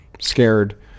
scared